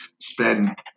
spend